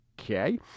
Okay